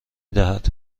دهد